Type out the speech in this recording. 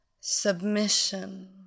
Submission